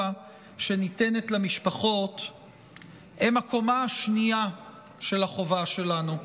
שניתנת למשפחות הם הקומה השנייה של החובה שלנו כמדינה.